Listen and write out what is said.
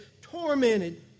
tormented